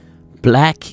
Black